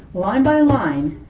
line by line,